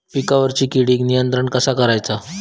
पिकावरची किडीक नियंत्रण कसा करायचा?